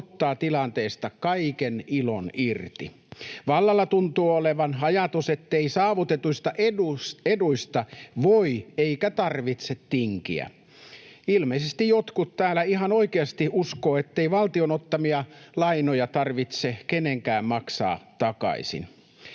ottaa tilanteesta kaiken ilon irti. Vallalla tuntuu olevan ajatus, ettei saavutetuista eduista voi eikä tarvitse tinkiä. Ilmeisesti jotkut täällä ihan oikeasti uskovat, ettei valtion ottamia lainoja tarvitse kenenkään maksaa takaisin.